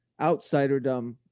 outsiderdom